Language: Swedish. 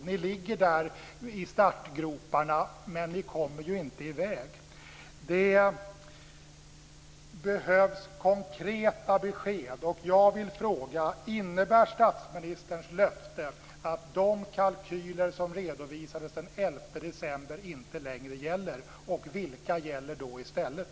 Ni i regeringen ligger där i startgroparna, men ni kommer ju inte iväg. Det behövs konkreta besked, och jag vill fråga: Innebär statsministerns löften att de kalkyler som redovisades den 11 december inte längre gäller, och vilka gäller då i stället?